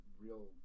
real